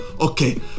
Okay